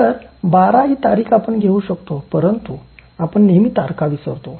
तर १२ ही तारीख आपण घेवू शकतो परंतू आपण नेहमी तारखा विसरतो